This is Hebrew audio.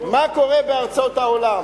מה קורה בארצות העולם.